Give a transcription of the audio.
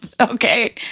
okay